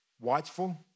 watchful